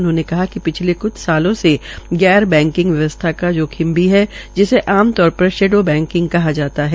उन्होंने कहा कि पिछले क्छ सालों से गैर बैकिंग व्यवस्था का जोखिम भी है जिसे आम तौर पर शैडो बैकिंग कहा जाता है